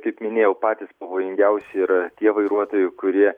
kaip minėjau patys pavojingiausi yra tie vairuotojai kurie